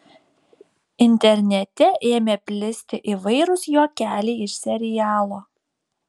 internete ėmė plisti įvairūs juokeliai iš serialo